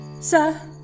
Sir